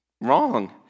wrong